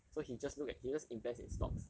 so he just look at he just invest in stocks